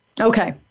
Okay